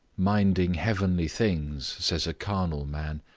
minding heavenly things, says a carnal man,